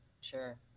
Sure